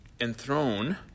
enthroned